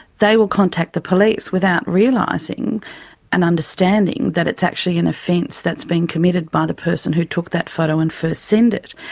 they will contact the police without realising and understanding that it's actually an offence that's been committed by the person who took that photo and first sent it.